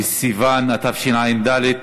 אין מתנגדים.